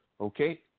Okay